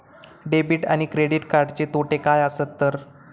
Debit आणि credit कार्डचे तोटे काय आसत तर?